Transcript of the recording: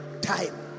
time